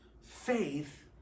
faith